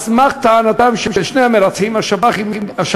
על סמך טענותיהם של שני המרצחים, השב"כ